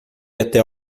até